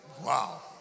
Wow